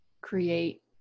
create